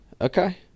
Okay